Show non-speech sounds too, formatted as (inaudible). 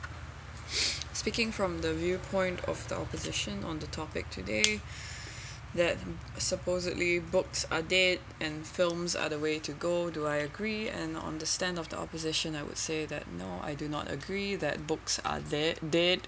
uh (breath) speaking from the viewpoint of the opposition on the topic today (breath) that supposedly books are dead and films are the way to go do I agree and on the stand of the opposition I would say that no I do not agree that books are dead dead